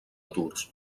tours